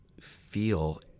feel